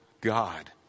God